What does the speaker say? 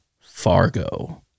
Fargo